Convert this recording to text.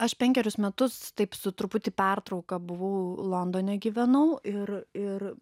aš penkerius metus taip su truputį pertrauką buvau londone gyvenau ir ir